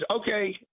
okay